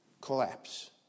collapse